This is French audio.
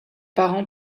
parents